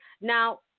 Now